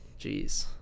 Jeez